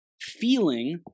feeling